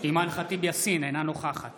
אימאן ח'טיב יאסין, אינה נוכחת